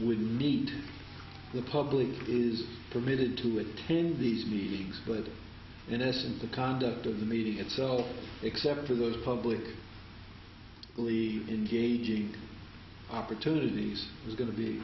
you meet the public is permitted to attend these meetings but in essence the conduct of the meeting itself except for those public only engaging opportunities is going to be